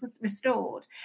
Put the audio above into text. restored